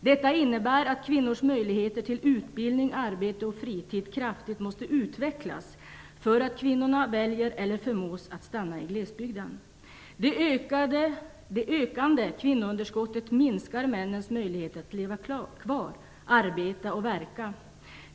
Detta innebär att kvinnors möjligheter till utbildning, arbete och fritid kraftigt måste utvecklas för att kvinnorna skall välja eller förmås att stanna i glesbygden. Det ökande kvinnounderskottet minskar männens möjlighet att leva kvar, arbeta och verka i glesbygden.